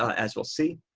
as we'll see.